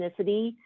ethnicity